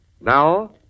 Now